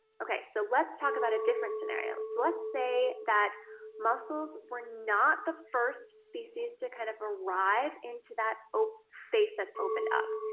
okay, so let's talk about a different scenario. so, let's say that mussels were not the first species to kind of arrive into that space that's opened up.